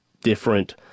different